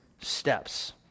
steps